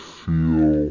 feel